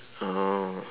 (uh huh)